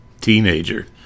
teenager